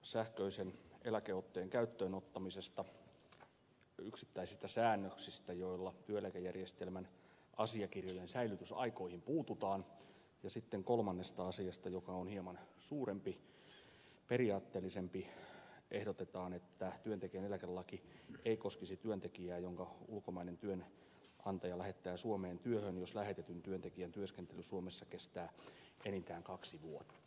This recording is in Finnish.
sähköisen eläkeotteen käyttöön ottamisesta yksittäisistä säännöksistä joilla työeläkejärjestelmän asiakirjojen säilytysaikoihin puututaan ja sitten kolmannesta asiasta joka on hieman suurempi periaatteellisempi ehdotetaan että työntekijän eläkelaki ei koskisi työntekijää jonka ulkomainen työnantaja lähettää suomeen työhön jos lähetetyn työntekijän työskentely suomessa kestää enintään kaksi vuotta